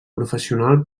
professional